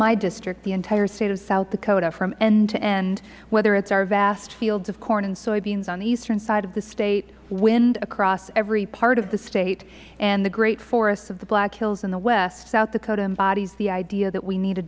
my district the entire state of south dakota from end to end whether it is our vast fields of corn and soybeans on the eastern side of the state wind across every part of the state and the great forests of the black hills in the west south dakota embodies the idea that we need a